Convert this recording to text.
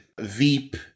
Veep